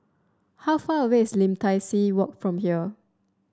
how far away is Lim Tai See Walk from here